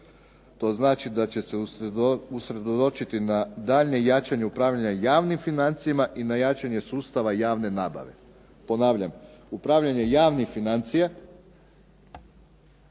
to znači da će se usredotočiti na daljnje jačanje upravljanja javnim financijama i na jačanje sustava javne nabave. Ponavljam upravljanje javnim financijama